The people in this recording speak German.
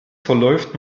verläuft